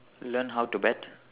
learn how to bet